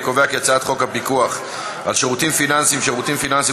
אני קובע כי הצעת חוק הפיקוח על שירותים פיננסיים (שירותים פיננסיים